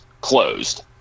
closed